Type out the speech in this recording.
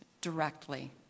directly